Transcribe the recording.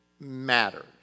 matters